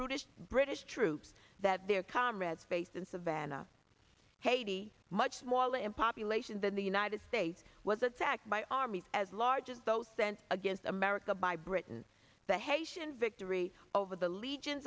british british troops that their comrades faced in savannah haidee much smaller in population than the united states was attacked by armies as large as those sent against america by britain the haitian victory over the legion